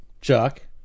Chuck